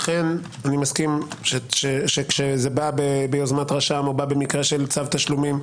אכן אני מסכים שכאשר זה בא ביוזמת רשם או בא במקרה של צו תשלומים,